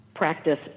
Practice